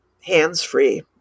hands-free